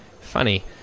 funny